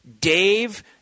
Dave